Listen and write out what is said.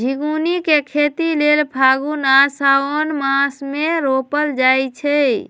झिगुनी के खेती लेल फागुन आ साओंन मासमे रोपल जाइ छै